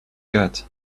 got